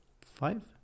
five